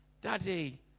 Daddy